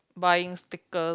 buying stickers